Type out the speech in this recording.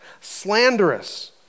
slanderous